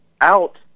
out